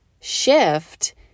shift